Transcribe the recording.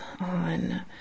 on